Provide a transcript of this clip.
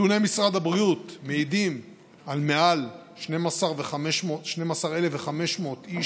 נתוני משרד הבריאות מעידים על מעל 12,500 איש